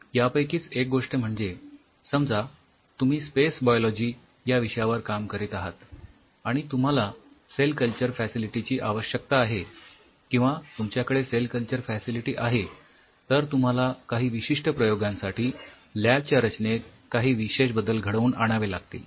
यापैकीच एक गोष्ट म्हणजे समजा तुम्ही स्पेस बायोलॉजी या विषयावर काम करत आहात आणि तुम्हाला सेल कल्चर फॅसिलिटी ची आवश्यकता आहे किंवा तुमच्याकडे सेल कल्चर फॅसिलिटी आहे तर तुम्हाला काही विशिष्ठ प्रयोगांसाठी लॅबच्या रचनेत काही विशेष बदल घडवून आणावे लागतील